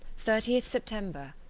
thirty september.